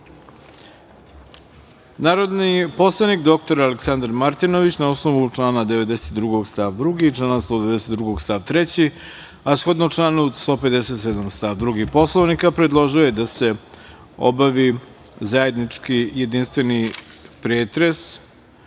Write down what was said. poslanik dr Aleksandar Martinović, na osnovu člana 92. stav 2. i 192. stav 3, a shodno članu 157. stav 2. Poslovnika, predložio je da se obavi zajednički, jedinstveni pretres